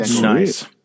nice